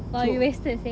!wah! you wasted seh